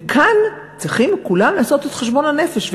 וכאן צריכים כולם לעשות את חשבון הנפש.